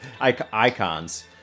icons